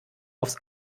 aufs